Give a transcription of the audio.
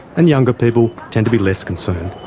and younger people tend to be less concerned.